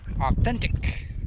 authentic